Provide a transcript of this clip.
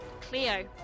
Cleo